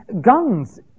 guns